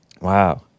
Wow